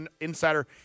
insider